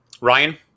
Ryan